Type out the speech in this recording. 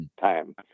time